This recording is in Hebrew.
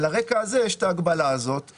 על הרקע הזה יש את ההגבלה הזאת.